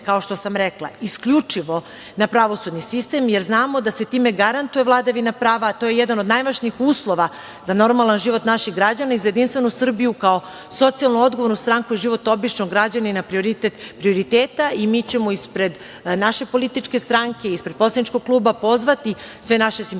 kao što sam rekla, isključivo na pravosudni sistem, jer znamo da se time garantuje vladavina prava, a to je jedan od najvažnijih uslova za normalan život naših građana i za JS kao socijalno odgovornu stranku i život običnog građanina prioritet prioriteta, i mi ćemo ispred naše političke stranke, ispred poslaničkog kluba pozvati sve naše simpatizere,